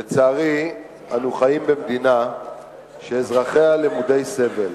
לצערי, אנו חיים במדינה שאזרחיה למודי סבל.